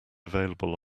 available